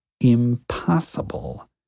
impossible